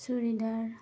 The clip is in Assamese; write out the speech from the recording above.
চুৰিদাৰ